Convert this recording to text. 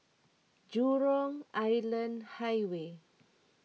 Jurong Island Highway